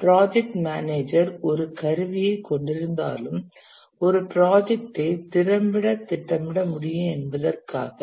project manager ஒரு கருவியைக் கொண்டிருந்தாலும் ஒரு ப்ராஜெக்டை திறம்பட திட்டமிட முடியும் என்பதற்காக